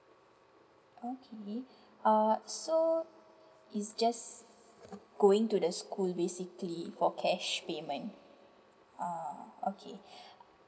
okay uh so it's just going to the school basically for cash payment uh okay